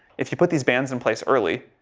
if you put these bands in place early.